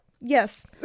Yes